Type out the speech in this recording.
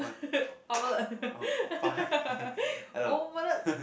omelette omelette